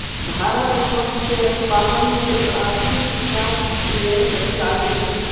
भारत मे मतस्यपालन क्षेत्र आर्थिक विकास मे सबसे आगे हइ